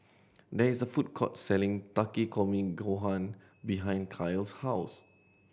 there is a food court selling Takikomi Gohan behind Kael's house